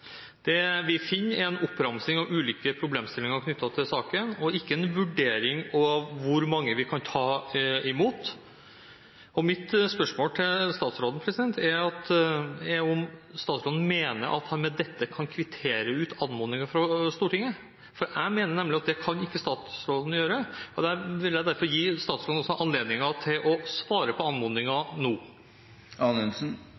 Det vi finner, er en oppramsing av ulike problemstillinger knyttet til saken og ikke en vurdering av hvor mange vi kan ta imot. Mitt spørsmål til statsråden er om statsråden mener at han med dette kan kvittere ut anmodningen fra Stortinget. Jeg mener nemlig at det kan statsråden ikke gjøre. Jeg vil derfor gi statsråden anledningen til å svare på